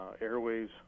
Airways